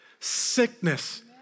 sickness